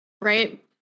right